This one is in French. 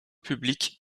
publique